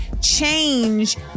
change